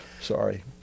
sorry